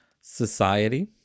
Society